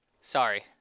Sorry